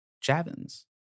Javins